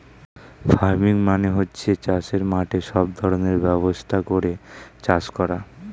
farming মানে হচ্ছে চাষের মাঠে সব ধরনের ব্যবস্থা করে চাষ করা